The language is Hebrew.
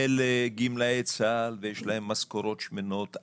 אלה גמלאי צה"ל ויש להם משכורות שמנות.